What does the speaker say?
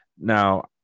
Now